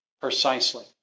Precisely